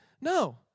no